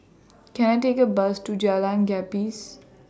Can I Take A Bus to Jalan Gapis